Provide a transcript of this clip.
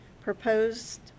proposed